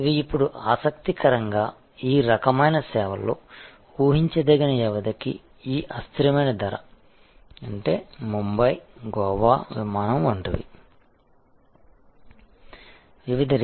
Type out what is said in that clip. ఇవి ఇప్పుడు ఆసక్తికరంగా ఈ రకమైన సేవల్లో ఊహించదగిన వ్యవధికి ఈ అస్థిరమైన ధర అంటే బొంబాయి గోవా విమానం వంటిది